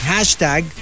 Hashtag